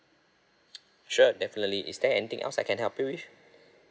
sure definitely is there anything else I can help you with